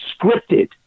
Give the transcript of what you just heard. scripted